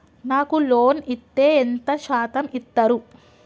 నాకు లోన్ ఇత్తే ఎంత శాతం ఇత్తరు?